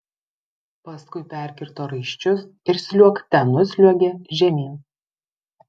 paskui perkirto raiščius ir sliuogte nusliuogė žemyn